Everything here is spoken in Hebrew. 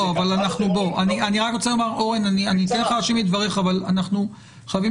אני רק רוצה לומר אני מקשיב לדבריך אבל אנחנו חייבים